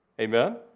Amen